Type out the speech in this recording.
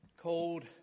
called